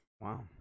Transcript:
Wow